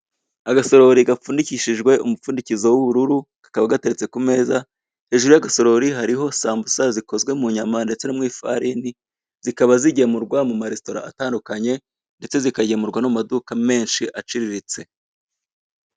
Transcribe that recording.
Agasorori gapfundikishijwe umupfundikizo w'ubururu, kakaba gateretse ku meza hejuru y'agasorori hariho sambusa zikozwe mu nyama ndetse no mu ifarini zikaba zigemurwa mu maresitora atandukanye ndetse zikagemurwa no mu maduka menshi aciriritse.